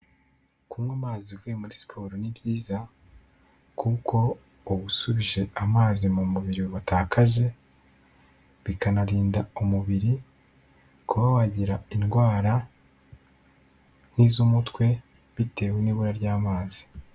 Kunywa amazi uvuye muri siporo ni byiza, kuko uba usubije amazi mu mubiri watakaje, bikanarinda umubiri kuba wagira indwara nk'iz'umutwe bitewe n'ibura ry'amazi.